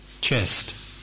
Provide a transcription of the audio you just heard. chest